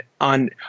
on